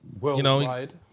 worldwide